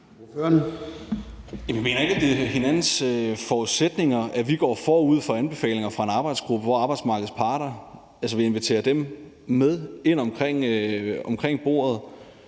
Jeg mener ikke, at det er hinandens forudsætninger, at vi går forud for anbefalingerne fra en arbejdsgruppe, hvor vi inviterer arbejdsmarkedets parter med ind til at sidde med omkring bordet